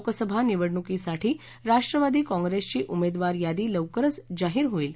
लोकसभा निवडणुकीसाठी राष्ट्रवादी काँप्रेसची उमेदवार यादी लवकरच जाहीर होईल